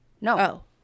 No